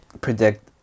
predict